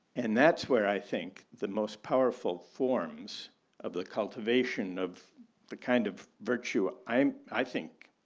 and that's where i think the most powerful forms of the cultivation of the kind of virtue i um i think,